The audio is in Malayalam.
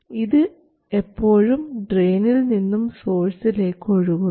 ഇത് എപ്പോഴും ഡ്രയിനിൽ നിന്നും സോഴ്സിലേക്ക് ഒഴുകുന്നു